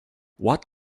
what